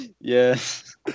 Yes